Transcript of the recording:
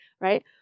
Right